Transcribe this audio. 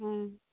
ᱦᱮᱸ